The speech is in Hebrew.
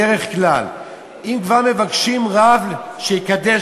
בדרך כלל אם כבר מבקשים רב שיקדש,